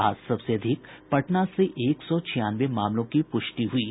आज सबसे अधिक पटना से एक सौ छियानवे मामलों की पुष्टि हुई है